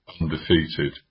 undefeated